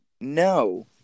No